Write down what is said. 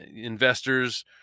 Investors